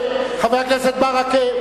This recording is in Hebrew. חבר הכנסת ברכה.